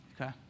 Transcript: Okay